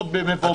הקורונה החדש) (בידוד במקום לבידוד מטעם המדינה),